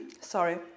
sorry